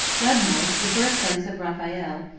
webmo, the birthplace of raphael,